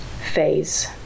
phase